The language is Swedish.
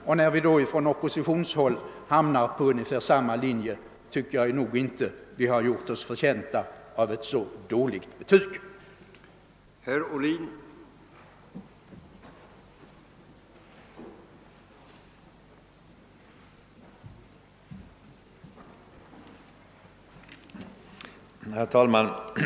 Och när vi på oppositionshåll hamnar på ungefär samma linje, tycker jag inte vi har gjort oss förtjänta av ett så dåligt betyg som industriministern gav oss.